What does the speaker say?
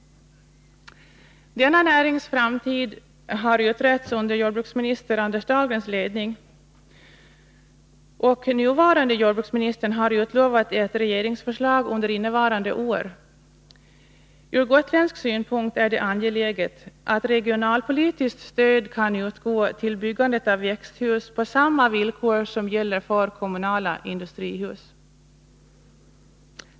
Denna närings framtid har utretts under förre jordbruksministern Anders Dahlgrens ledning, och nuvarande jordbruksministern har utlovat ett regeringsförslag under innevarande år. Ur gotländsk synpunkt är det angeläget att regionalpolitiskt stöd kan utgå till byggandet av växthus på samma villkor som gäller för kommunala industrihus.